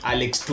Alex